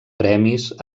premis